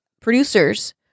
producers